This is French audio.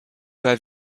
pas